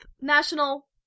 National